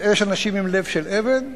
אנשים עם לב של אבן,